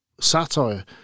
satire